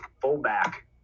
fullback